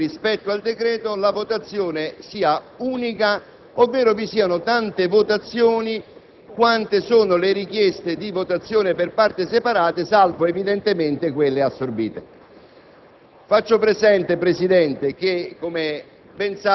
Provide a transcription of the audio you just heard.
e che riguardano diverse parti separate rispetto al decreto, la votazione sia unica, ovvero vi siano tante votazioni quante sono le richieste di votazione per parti separate, salvo evidentemente quelle assorbite.